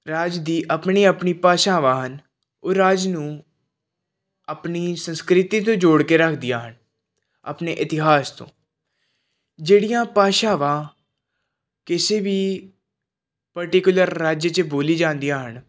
ਰਾਜ ਦੀ ਆਪਣੀ ਆਪਣੀ ਭਾਸ਼ਾਵਾਂ ਹਨ ਉਹ ਰਾਜ ਨੂੰ ਆਪਣੀ ਸੰਸਕ੍ਰਿਤੀ ਤੋਂ ਜੋੜ ਕੇ ਰੱਖਦੀਆਂ ਹਨ ਆਪਣੇ ਇਤਿਹਾਸ ਤੋਂ ਜਿਹੜੀਆਂ ਭਾਸ਼ਾਵਾਂ ਕਿਸੇ ਵੀ ਪਰਟੀਕੁਲਰ ਰਾਜ 'ਚ ਬੋਲੀ ਜਾਂਦੀਆ ਹਨ